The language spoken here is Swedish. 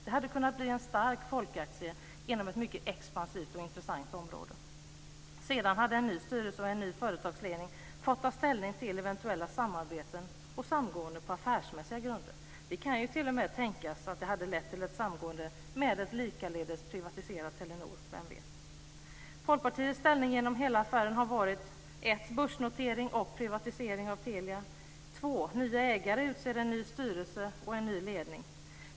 Det hade kunnat bli en stark folkaktie inom ett mycket expansivt och intressant område. Sedan hade en ny styrelse och en ny företagsledning fått ta ställning till eventuellt samarbete och samgående på affärsmässiga grunder. Det kan ju t.o.m. tänkas att det hade lett till ett samgående med ett likaledes privatiserat Telenor. Vem vet? Folkpartiets ställning genom hela affären har varit: Börsnotering och privatisering av Telia. Nya ägare utser en ny styrelse och en ny ledning.